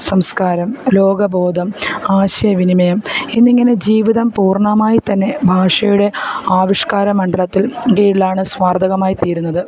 സംസ്കാരം ലോകബോധം ആശയവിനിമയം എന്നിങ്ങനെ ജീവിതം പൂർണമായി തന്നെ ഭാഷയുടെ ആവിഷ്കാര മണ്ഡലത്തിൽ കീഴിലാണ് സ്വാർഥകമായി തീരുന്നത്